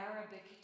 Arabic